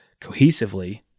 cohesively